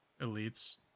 elites